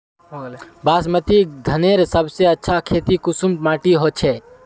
बासमती धानेर सबसे अच्छा खेती कुंसम माटी होचए?